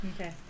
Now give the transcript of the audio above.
Okay